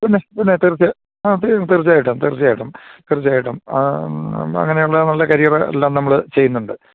പിന്നെ പിന്നെ തീർച്ച ആ തീർച്ചയായിട്ടും തീർച്ചയായിട്ടും തീർച്ചയായിട്ടും ആ അങ്ങനെയുള്ള നല്ല കരിയറ് എല്ലാം നമ്മൾ ചെയ്യുന്നുണ്ട്